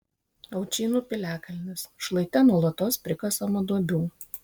aučynų piliakalnis šlaite nuolatos prikasama duobių